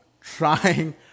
trying